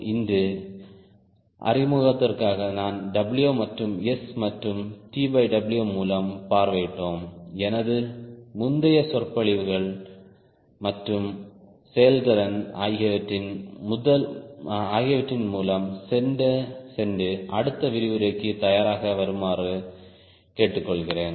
இன்று அறிமுகத்திற்காக நாங்கள் W மற்றும் S மற்றும் TWமூலம் பார்வையிட்டோம் எனது முந்தைய சொற்பொழிவுகள் மற்றும் செயல்திறன் ஆகியவற்றின் மூலம் சென்று அடுத்த விரிவுரைக்கு தயாராக வருமாறு கேட்டுக்கொள்கிறேன்